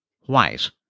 white